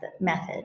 method